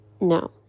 no